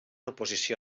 oposició